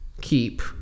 keep